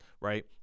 Right